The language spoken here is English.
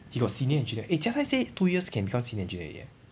he got senior engineer eh jia tai say two years can become senior engineer already ah